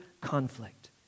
conflict